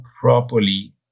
properly